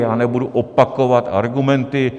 Já nebudu opakovat argumenty.